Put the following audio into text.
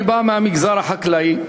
אני בא מהמגזר החקלאי,